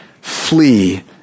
Flee